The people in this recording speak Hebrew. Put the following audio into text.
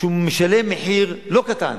והוא משלם מחיר לא קטן